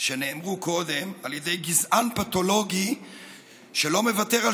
שנאמרו קודם על ידי גזען פתולוגי שלא מוותר על